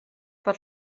per